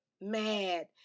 mad